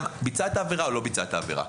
ביצע את העבירה או לא ביצע את העבירה.